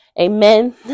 Amen